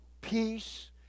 peace